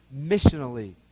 missionally